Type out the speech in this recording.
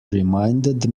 reminded